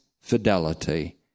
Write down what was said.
fidelity